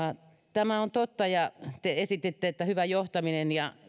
tämä on totta ja te esititte että hyvä johtaminen ja